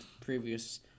previous